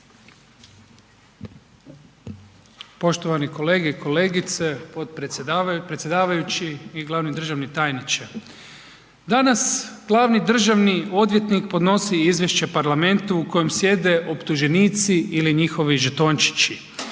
Poštovani kolege i kolegice, predsjedavajući i glavni državni tajniče, danas glavni državni odvjetnik podnosi izvješće parlamentu u kojem sjede optuženici ili njihovi žetončići,